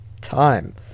time